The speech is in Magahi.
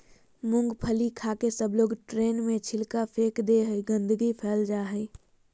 मूँगफली खाके सबलोग ट्रेन में छिलका फेक दे हई, गंदगी फैल जा हई